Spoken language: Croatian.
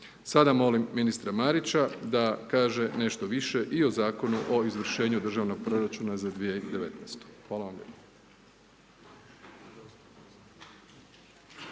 Sada molim ministra Marića da kaže nešto više i o Zakonu o izvršenju Državnog proračuna za 2019. Hvala vam